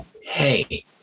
hey